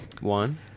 One